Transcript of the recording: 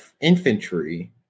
infantry